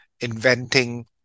inventing